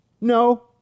No